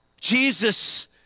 Jesus